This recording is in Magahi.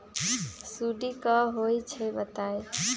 सुडी क होई छई बताई?